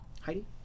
Heidi